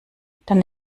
dann